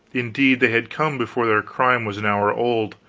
indeed, they had come before their crime was an hour old,